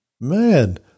Man